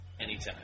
anytime